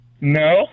No